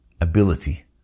ability